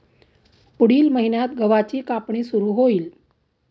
पुढील महिन्यात गव्हाची कापणी सुरू होईल